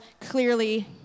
clearly